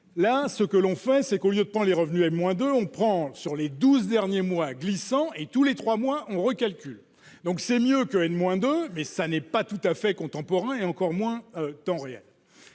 là ce que l'on fait, c'est qu'au lieu de temps les revenus et moins de on prend sur les 12 derniers mois glissants et tous les 3 mois on recalcul, donc c'est mieux que rien de moins de mais ça n'est pas tout à fait contemporain et encore moins temps réel.